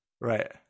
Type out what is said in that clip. Right